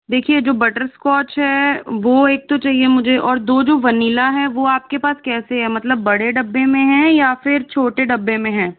देखिए जो बटरस्कॉच है वो एक तो चाहिए मुझे और दो जो वनीला है वो आप के पास कैसे है मतलब बड़े डब्बे में है या फिर छोटे डिब्बे में है